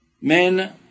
Men